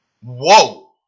whoa